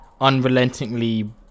unrelentingly